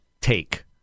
take